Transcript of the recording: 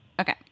Okay